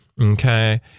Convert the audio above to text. Okay